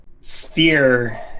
sphere